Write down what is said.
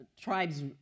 tribes